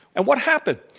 and what happened?